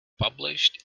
published